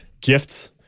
gifts